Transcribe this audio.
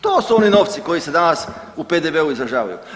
To su oni novci koji se danas u PDV-u izražavaju.